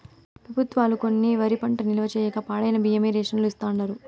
పెబుత్వాలు కొన్న వరి పంట నిల్వ చేయక పాడైన బియ్యమే రేషన్ లో ఇస్తాండారు